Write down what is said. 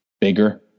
bigger